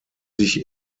sich